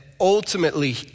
ultimately